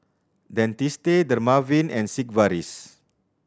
Dentiste Dermaveen and Sigvaris